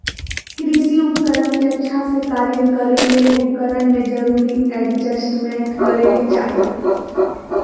कृषि उपकरण के अच्छा से कार्य करै ले उपकरण में जरूरी एडजस्टमेंट करै के चाही